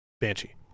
Banshee